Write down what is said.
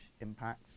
impacts